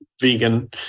vegan